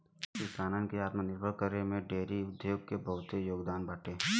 किसानन के आत्मनिर्भर करे में डेयरी उद्योग के बहुते योगदान बाटे